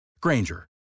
Granger